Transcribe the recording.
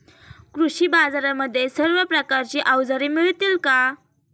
कृषी बाजारांमध्ये सर्व प्रकारची अवजारे मिळतील का?